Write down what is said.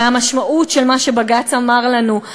מהמשמעות של מה שבג"ץ אמר לנו,